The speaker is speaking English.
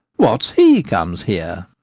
what's he comes here?